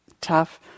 tough